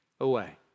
away